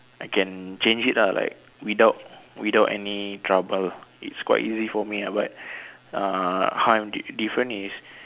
I can change it lah like without without any trouble it's quite easy for me ya but ah how I'm diff~ different is